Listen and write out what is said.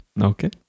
Okay